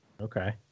Okay